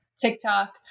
TikTok